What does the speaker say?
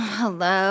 hello